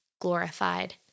glorified